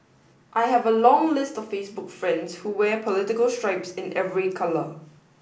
I have a long list of Facebook friends who wear political stripes in every colour